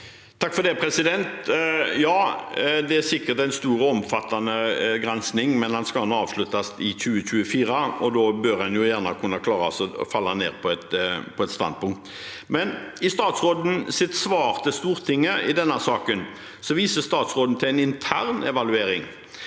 (FrP) Ja, det er sikkert en stor og omfattende gransking, men den skal avsluttes nå i 2024, og da bør en kunne klare å falle ned på et standpunkt. I statsrådens svar til Stortinget i denne saken viser statsråden til en intern evaluering.